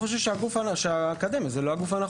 אני חושב שהאקדמיה זה לא הגוף הנכון.